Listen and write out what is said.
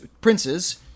princes